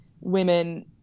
women